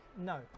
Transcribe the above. No